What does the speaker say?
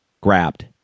Grabbed